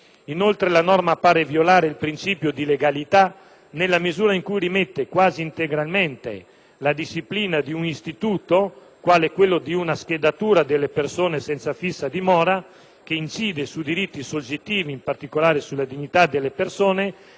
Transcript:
nella misura in cui rimette quasi integralmente la disciplina di un istituto (quale quello della schedatura delle persone senza fissa dimora) che incide su diritti soggettivi (in particolare sulla dignità delle persone) a un mero decreto ministeriale,